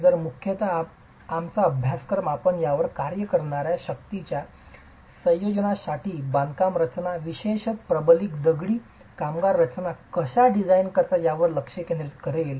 तर मुख्यतः आमचा अभ्यासक्रम आपण त्यावर कार्य करणार्या शक्तींच्या संयोजनासाठी बांधकामाच्या रचना विशेषत प्रबलित दगडी बांधकामरचना कशा डिझाइन करता यावर लक्ष केंद्रित करेल